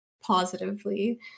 positively